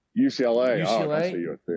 UCLA